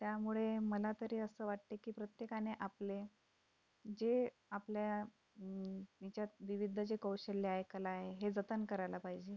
त्यामुळे मलातरी असं वाटतं की प्रत्येकाने आपले जे आपल्या ह्याच्यात विविध जे कौशल्य आहे कला आहे हे जतन करायला पाहिजे